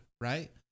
right